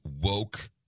woke